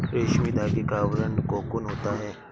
रेशमी धागे का आवरण कोकून होता है